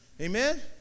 Amen